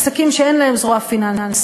עסקים שאין להם זרוע פיננסית,